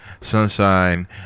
sunshine